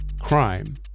crime